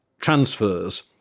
transfers